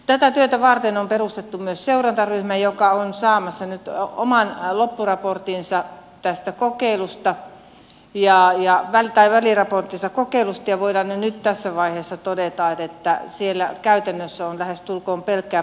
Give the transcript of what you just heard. tätä työtä varten on perustettu myös seurantaryhmä joka on saamassa nyt oman väliraporttinsa tästä kokeilusta ja voidaan jo tässä vaiheessa todeta että siellä käytännössä on lähestulkoon pelkkää positiivista sanomaa